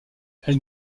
elle